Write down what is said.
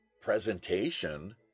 presentation